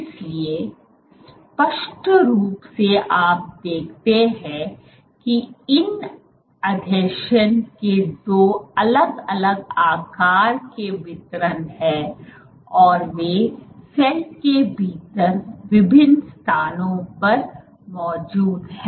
इसलिए स्पष्ट रूप से आप देखते हैं कि इन आसंजन के दो अलग अलग आकार के वितरण हैं और वे सेल के भीतर विभिन्न स्थानों पर मौजूद हैं